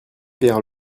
pêr